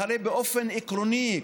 שהרי באופן עקרוני,